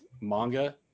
Manga